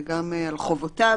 וגם על חובותיו,